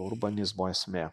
urbanizmo esmė